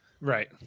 right